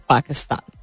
Pakistan